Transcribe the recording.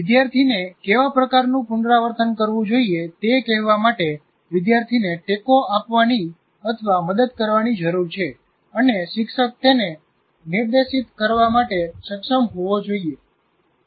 વિદ્યાર્થીને કેવા પ્રકારનું પુનરાવર્તનકરવું જોઈએ તે કહેવા માટે વિદ્યાર્થીને ટેકો આપવાની અથવા મદદ કરવાની જરૂર છે અને શિક્ષક તેને નિર્દેશિત કરવા માટે સક્ષમ હોવા જોઈએ